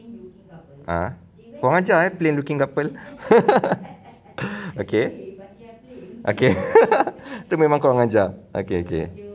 ah kurang ajar ah plain looking couple okay okay tu memang kurang ajar okay K